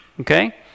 Okay